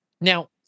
Now